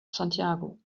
santiago